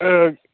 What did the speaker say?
ओं